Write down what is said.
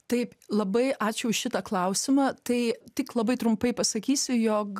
taip labai ačiū šitą klausimą tai tik labai trumpai pasakysiu jog